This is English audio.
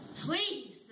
Please